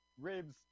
ribs